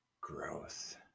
growth